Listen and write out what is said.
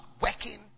working